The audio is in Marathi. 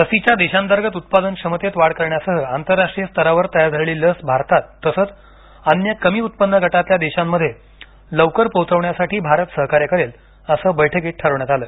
लसीच्या देशांतर्गत उत्पादन क्षमतेत वाढ करण्यासह आंतरराष्ट्रीय स्तरावर तयार झालेली लस भारतात तसंच अन्य कमी उत्पन्न गटातल्या देशांमध्ये लवकर पोहोचवण्यासाठी भारत सहकार्य करेल असं बैठकीत ठरवण्यात आलं